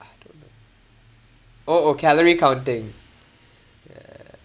I don't know oh oh calorie counting yeah